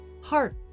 heart